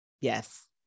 Yes